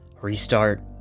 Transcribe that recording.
Restart